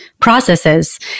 processes